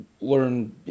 learn